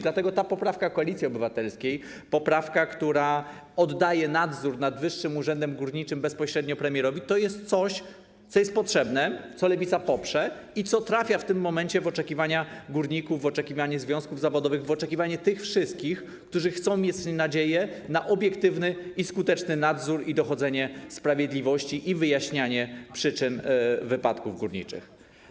Dlatego ta poprawka Koalicji Obywatelskiej, poprawka, która oddaje nadzór nad Wyższym Urzędem Górniczym bezpośrednio premierowi, to jest coś, co jest potrzebne, co Lewica poprze i co trafia w tym momencie w oczekiwania górników, w oczekiwania związków zawodowych, w oczekiwania tych wszystkich, którzy mają nadzieję na obiektywny i skuteczny nadzór, dochodzenie sprawiedliwości i wyjaśnianie przyczyn wypadków górniczych.